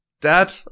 Dad